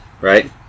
Right